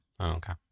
Okay